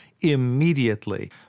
immediately